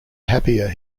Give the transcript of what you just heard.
happier